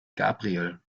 gabriel